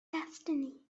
destiny